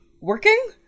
working